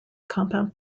compound